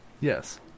yes